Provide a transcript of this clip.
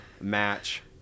match